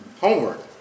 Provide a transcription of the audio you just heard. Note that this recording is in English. Homework